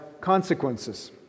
Consequences